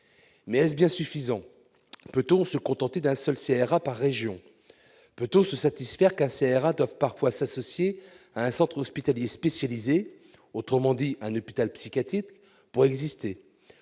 Mais est-ce bien suffisant ? Peut-on se contenter d'un seul CRA par région ? Peut-on se satisfaire qu'un CRA doive parfois s'associer à un centre hospitalier spécialisé, autrement dit un hôpital psychiatrique, pour exister ?